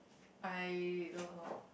I don't know